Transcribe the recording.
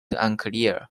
unclear